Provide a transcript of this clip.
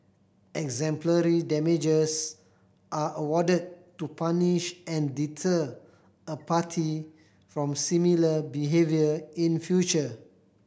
exemplary damages are awarded to punish and deter a party from similar behaviour in future